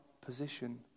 position